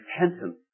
repentance